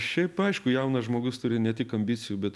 šiaip aišku jaunas žmogus turi ne tik ambicijų bet